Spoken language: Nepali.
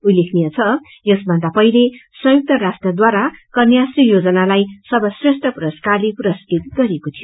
उल्लेखनीय छ यसभन्दा पहिले संयुक्त राष्ट्रद्दारा कन्याश्री योजनालाई सर्वश्रेष्ठ पुरस्कारले पुरस्कृत गरिएको थियो